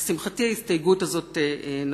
לשמחתי, ההסתייגות הזאת נפלה.